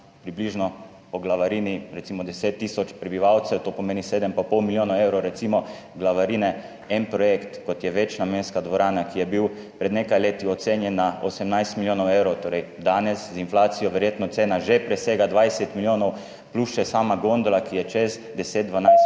prebivalcev, po glavarini recimo to pomeni 7 in pol milijonov evrov glavarine, en projekt, kot je večnamenska dvorana, ki je bil pred nekaj leti ocenjen na 18 milijonov evrov, torej danes z inflacijo verjetno cena že presega 20 milijonov, plus še sama gondola, ki je čez 10, 12 milijonov